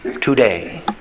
today